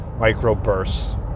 microbursts